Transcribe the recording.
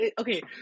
okay